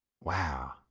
Wow